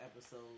episode